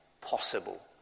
possible